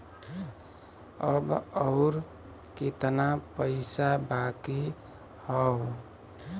अब अउर कितना पईसा बाकी हव?